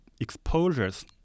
exposures